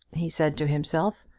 he said to himself,